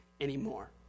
anymore